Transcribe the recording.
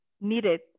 needed